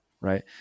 right